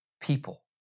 people